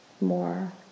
more